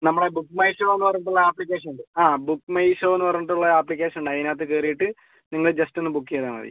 നമ്മളെ BookMyShow എന്ന് പറഞ്ഞിട്ട് ഉള്ള ആപ്പ്ളിക്കേഷൻ ഇല്ലേ ആ ബുക്ക് മൈ ഷോ എന്ന് പറഞ്ഞിട്ട് ഉള്ള ആപ്പ്ളിക്കേഷൻ ഉണ്ട് അതിനകത്ത് കയറിയിട്ട് നിങ്ങൾ ജസ്റ്റ് ഒന്ന് ബുക്ക് ചെയ്താൽ മതി